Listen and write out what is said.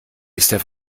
der